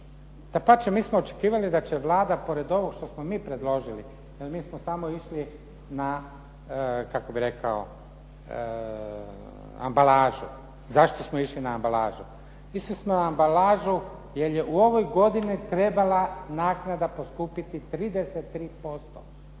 Dapače, mi smo očekivali da će Vlada pored ovog što smo mi predložili jer mi smo samo išli na kako bih rekao ambalažu. Zašto smo išli na ambalažu? Išli smo na ambalažu jer je u ovoj godini trebala naknada poskupiti 33%,